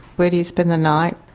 where do you spend the night?